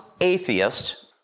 atheist